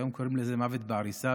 היום קוראים לזה מוות בעריסה,